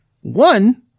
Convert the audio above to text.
One